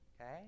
okay